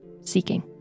seeking